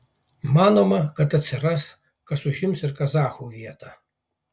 manoma kad atsiras kas užims ir kazachų vietą